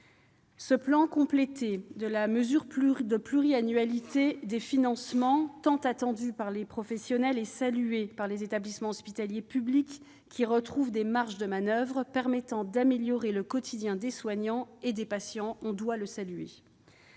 Ce plan, complété par la pluriannualité des financements, tant attendue par les professionnels, est salué par les établissements hospitaliers publics, qui retrouvent des marges de manoeuvre permettant d'améliorer le quotidien des soignants et des patients. On doit le saluer